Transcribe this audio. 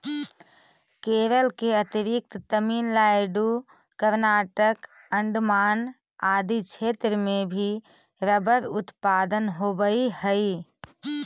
केरल के अतिरिक्त तमिलनाडु, कर्नाटक, अण्डमान आदि क्षेत्र में भी रबर उत्पादन होवऽ हइ